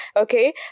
okay